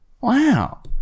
Wow